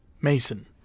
Mason